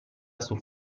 sul